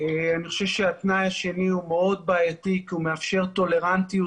אני חושב שהתנאי השני הוא מאוד בעייתי כי הוא מאפשר טולרנטיות